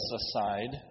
aside